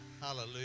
Hallelujah